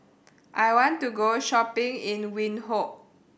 I want to go shopping in Windhoek